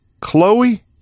Chloe